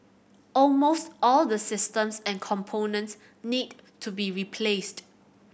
almost all the systems and components need to be replaced